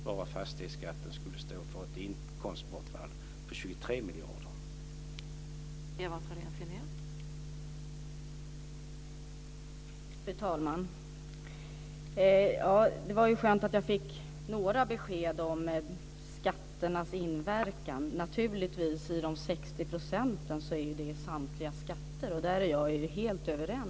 Bara fastighetsskatten skulle stå för ett inkomstbortfall på 23 miljarder kronor.